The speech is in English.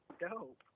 dope